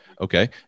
Okay